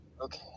Okay